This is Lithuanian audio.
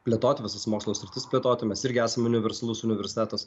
plėtoti visas mokslo sritis plėtoti mes irgi esam universalus universitetas